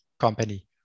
company